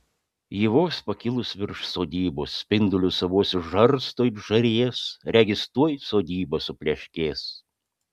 ji vos pakilus virš sodybos spindulius savuosius žarsto it žarijas regis tuoj sodyba supleškės